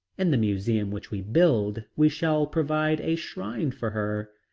in the museum which we build we shall provide a shrine for her.